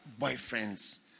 boyfriends